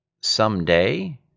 Someday